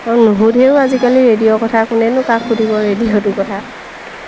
আৰু নুসোধেও আজিকালি ৰেডিঅ' কথা কোনেনো কাক সুধিব ৰেডিঅ'টোৰ কথা